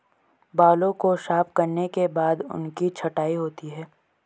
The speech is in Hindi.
बालों को साफ करने के बाद उनकी छँटाई होती है